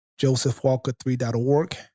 josephwalker3.org